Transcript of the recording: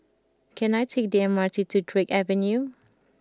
can I take the M R T to Drake Avenue